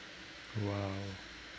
!wow!